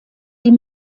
die